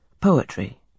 poetry